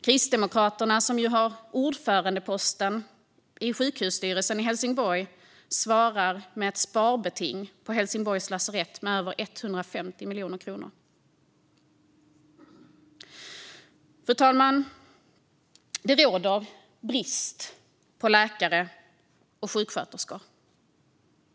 Kristdemokraterna, som har ordförandeposten i sjukhusstyrelsen i Helsingborg, svarar med ett sparbeting på Helsingborgs lasarett med över 150 miljoner kronor. Fru talman! Det råder brist på läkare och sjuksköterskor.